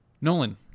Nolan